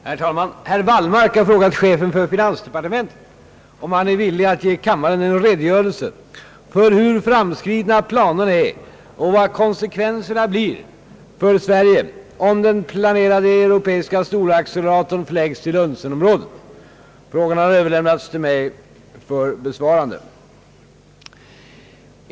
Herr talman! Herr Wallmark har frågat chefen för finansdepartementet om han är villig att ge kammaren en redogörelse för hur framskridna planerna är och vad konsekvenserna blir för Sverige om den planerade europeiska storacceleratorn förläggs till Lunsenområdet. Frågan har överlämnats till mig för besvarande.